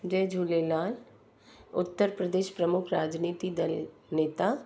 जय झूलेलाल उत्तर प्रदेश प्रमुख राजनीति नेता